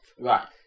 right